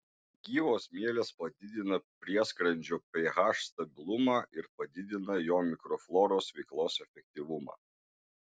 gyvos mielės padidina prieskrandžio ph stabilumą ir padidina jo mikrofloros veiklos efektyvumą